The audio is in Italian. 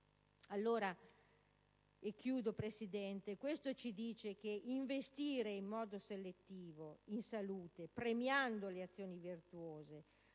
salute del nostro Paese. Questo ci dice che investire in modo selettivo in salute, premiando le azioni virtuose,